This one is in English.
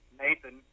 Nathan